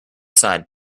side